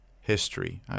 history